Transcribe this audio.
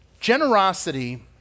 Generosity